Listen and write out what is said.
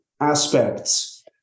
aspects